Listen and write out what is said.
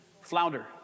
Flounder